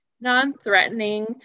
non-threatening